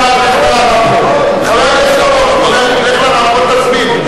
חבר הכנסת אורון, לך לרמקול ותסביר.